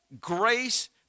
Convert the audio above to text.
Grace